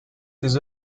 ses